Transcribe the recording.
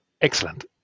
excellent